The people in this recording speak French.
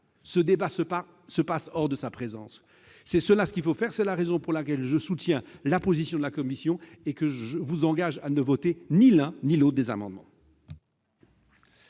Le débat se déroule hors sa présence. C'est la voie qu'il faut suivre. C'est la raison pour laquelle je soutiens la position de la commission et je vous engage à ne voter ni l'un ni l'autre de ces amendements.